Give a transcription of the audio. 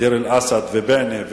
דיר-אל-אסד ובענה,